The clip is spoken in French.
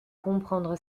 comprendre